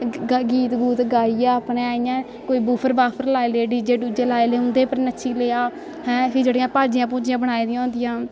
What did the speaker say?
गीत गूत गाइयै अपने इ'यां कोई बुफर बाफर लाई ले डीजे डूजे लाई ले उं'दे उप्पर नच्ची लेआ हैं फिरी जेह्ड़ियां भाजियां भूजियां बनाई दियां होंदियां